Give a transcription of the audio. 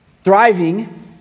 thriving